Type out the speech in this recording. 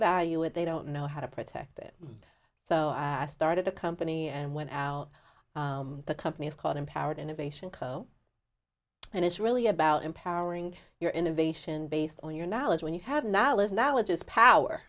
value it they don't know how to protect it so i started a company and went out the company is called empowered innovation co and it's really about empowering your innovation based on your knowledge when you have now is now it is power